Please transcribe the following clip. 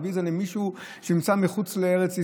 נביא את זה למישהו שנמצא מחוץ לארץ ישראל,